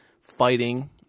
fighting